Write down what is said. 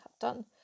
done